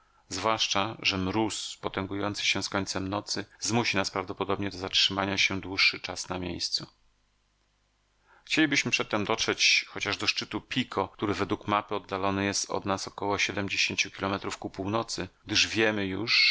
zwłaszcza że mróz potęgujący się z końcem nocy zmusi nas prawdopodobnie do zatrzymania się dłuższy czas na miejscu chcielibyśmy przedtem dotrzeć chociaż do szczytu pico który według mapy oddalony jest od nas około siedmdziesięciu kilometrów ku północy gdyż wiemy już